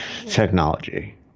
technology